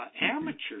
Amateurs